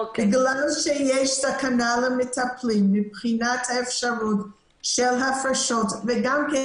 בגלל שיש סכנה למטפלים מבחינת האפשרות של הפרשות וגם כן,